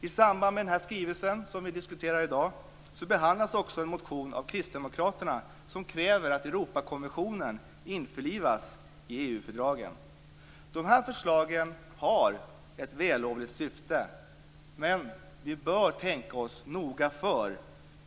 I samband med den här skrivelsen, som vi diskuterar i dag, behandlas också en motion av kristdemokraterna som kräver att Europakonventionen införlivas i EU-fördragen. Förslagen har ett vällovligt syfte, men vi bör tänka oss noga för.